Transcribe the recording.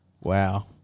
Wow